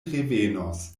revenos